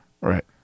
Right